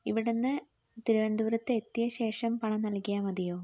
ഇവിടെനിന്ന് തിരുവനന്തപുരത്ത് എത്തിയ ശേഷം പണം നല്കിയാൽ മതിയോ